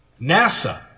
NASA